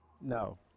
No